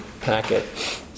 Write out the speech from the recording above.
packet